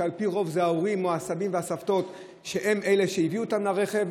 שעל פי רוב ההורים או הסבים והסבתות הם שהביאו אותם לרכב,